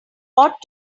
ought